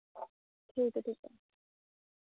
ठीक ऐ ठीक ऐ